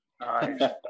Nice